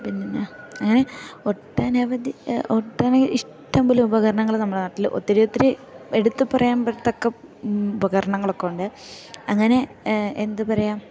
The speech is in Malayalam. പിന്നെ അങ്ങനെ ഒട്ടനവധി ഒട്ടനേ ഇഷ്ടം പോലെ ഉപകരണങ്ങൾ നമ്മുടെ നാട്ടിൽ ഒത്തിരി ഒത്തിരി എടുത്ത് പറയാൻ തക്ക ഉപകരണങ്ങളൊക്കെയുണ്ട് അങ്ങനെ എന്ത് പറയാം